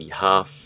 half